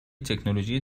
تکنولوژی